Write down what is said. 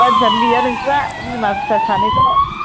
मानसियानो गैया नोंस्रा बिमा फिसा सानैल'